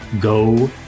go